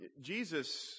Jesus